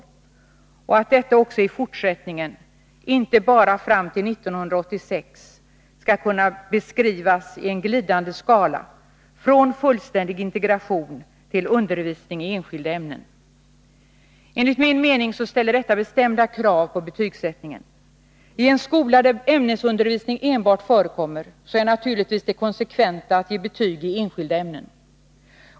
Vi bör bestämma oss för att detta också i fortsättningen, inte bara fram till 1986, skall kunna beskrivas i en glidande skala, från fullständig integration till undervisning i enskilda ämnen. Enligt min mening ställer detta bestämda krav på betygsättningen. I en skola där enbart ämnesundervisning förekommer är naturligtvis det konsekventa att ge betyg i enskilda ämnen.